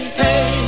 hey